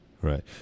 right